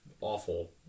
awful